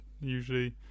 usually